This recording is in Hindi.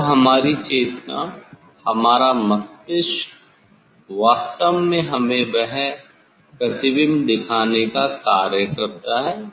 तब हमारी चेतना हमारा मस्तिष्क वास्तव में हमें वह प्रतिबिंब इमेज दिखाने का कार्य करता है